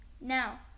Now